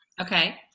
Okay